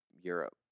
Europe